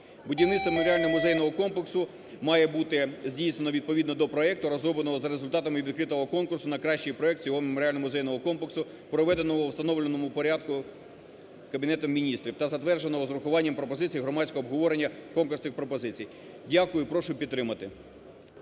Будівництво меморіально-музейного комплексу має бути здійснено відповідно до проекту, розробленого за результатами відкритого комплексу на кращий проект цього меморіально-музейного комплексу , проведеного у встановленому порядку Кабінетом Міністрів, та затвердженого з врахуванням пропозицій громадського обговорення комплексних пропозицій". Дякую. Прошу підтримати.